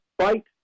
fight